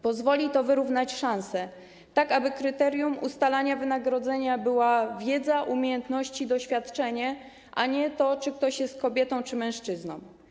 Pozwoli to wyrównać szanse, tak aby kryteriami ustalania wynagrodzenia były wiedza, umiejętności, doświadczenie, a nie to, czy ktoś jest kobietą, czy mężczyzną.